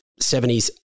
70s